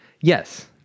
yes